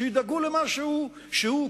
שידאגו למשהו שהוא,